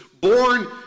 born